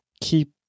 keep